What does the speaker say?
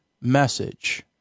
message